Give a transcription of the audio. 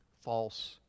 false